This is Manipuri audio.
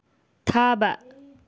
ꯊꯥꯕ